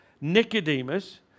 Nicodemus